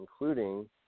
including